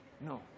no